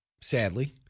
sadly